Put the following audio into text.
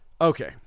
Okay